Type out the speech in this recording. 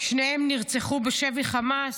שניהם נרצחו בשבי חמאס.